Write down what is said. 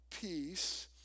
Peace